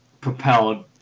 propelled